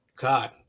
God